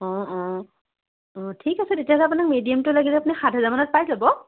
অঁ অঁ অঁ ঠিক আছে তেতিয়াহ'লে আপোনাক যদি মিডিয়ামটো লাগিলে আপুনি সাত হাজাৰমানত পাই যাব